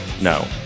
No